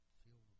feel